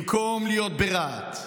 במקום להיות ברהט,